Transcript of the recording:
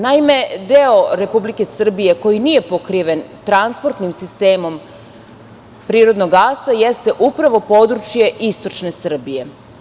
Naime deo Republike Srbije koji nije pokriven transportnim sistemom prirodnog gasa, jeste upravo područje istočne Srbije.